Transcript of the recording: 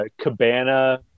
Cabana